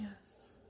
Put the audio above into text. Yes